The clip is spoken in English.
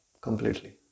completely